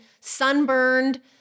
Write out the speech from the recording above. sunburned